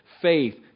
Faith